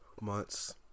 Months